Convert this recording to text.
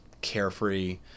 carefree